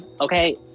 okay